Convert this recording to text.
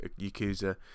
Yakuza